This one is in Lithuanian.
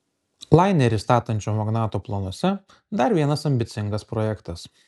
lainerį statančio magnato planuose dar vienas ambicingas projektas